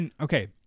Okay